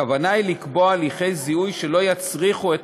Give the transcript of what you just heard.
הכוונה היא לקבוע הליכי זיהוי שלא יצריכו את